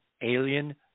alien